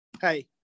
hey